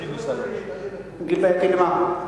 93. גיל בעייתי למה?